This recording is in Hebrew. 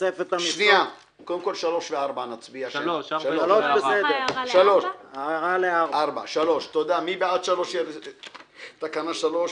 --- קודם כל נצביע על סעיף 3. מי בעד תקנה 3?